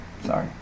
Sorry